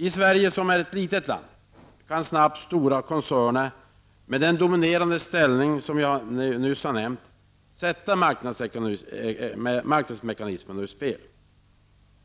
I Sverige som är ett litet land kan stora koncerner med en dominerande ställning snabbt sätta marknadsmekanismerna ur spel.